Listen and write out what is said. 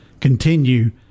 continue